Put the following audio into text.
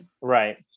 right